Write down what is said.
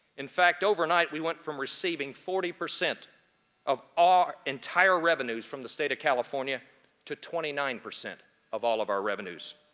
in fact, overnight we went from receiving forty percent of all entire revenues from the state of california to twenty nine percent of all of our revenues.